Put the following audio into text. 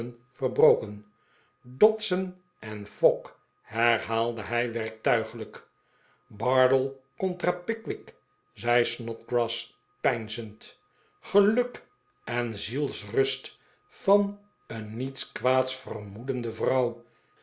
verbroken dodson en fogg herhaalde hij werktuiglijk bardell contra pickwick zei snodgrass peinzend geluk en zielsrust van een niets kwaads vermoedende vrouw